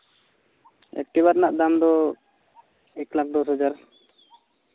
Activa ᱨᱮᱱᱟᱜ ᱫᱟᱢ ᱫᱚ ᱮᱠ ᱞᱟᱠᱷ ᱫᱩ ᱦᱟᱡᱟᱨ